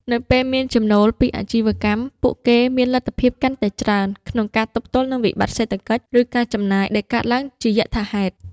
នៅពេលមានចំណូលពីអាជីវកម្ម ពួកគេមានលទ្ធភាពកាន់តែច្រើនក្នុងការទប់ទល់នឹងវិបត្តិសេដ្ឋកិច្ច ឬការចំណាយដែលកើតឡើងជាយថាហេតុ។